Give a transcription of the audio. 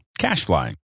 Cashfly